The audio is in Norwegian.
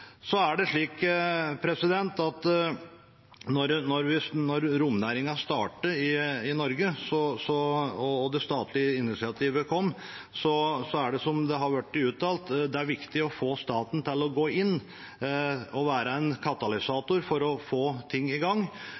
i Norge og det statlige initiativet kom, var det, som det har blitt uttalt, viktig å få staten til å gå inn og være en katalysator for å få ting i gang,